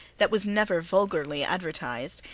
that was never vulgarly advertized,